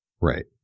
Right